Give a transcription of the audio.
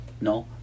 ¿no